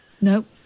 Nope